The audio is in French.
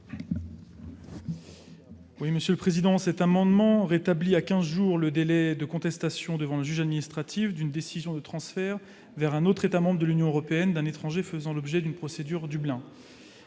n° 228 rectifié . Cet amendement vise à rétablir à quinze jours le délai de contestation devant le juge administratif d'une décision de transfert vers un autre État membre de l'Union européenne d'un étranger faisant l'objet d'une procédure Dublin.